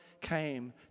came